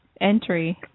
entry